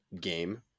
game